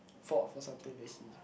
fought for something that he